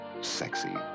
sexy